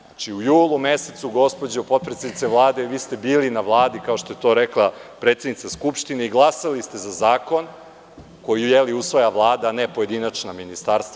Znači, u julu mesecu, gospođo potpredsednice Vlade, vi ste bili na Vladi, kao što je to rekla predsednica Skupštine, glasali ste za zakon koji usvaja Vlada, a ne pojedinačna ministarstva.